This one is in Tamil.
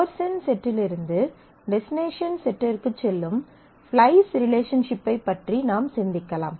சோர்ஸ் இன் செட்டிலிருந்து டெஸ்டினேஷன் செட்டிற்குச் செல்லும் ஃப்ளைஸ் ரிலேஷன்ஷிப்பைப் பற்றி நாம் சிந்திக்கலாம்